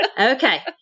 Okay